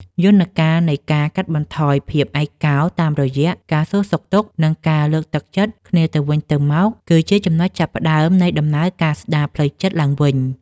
យន្តការនៃការកាត់បន្ថយភាពឯកោ តាមរយៈការសួរសុខទុក្ខ និងការលើកទឹកចិត្តគ្នាទៅវិញទៅមក គឺជាចំណុចចាប់ផ្ដើមនៃដំណើរការស្ដារផ្លូវចិត្តឡើងវិញ។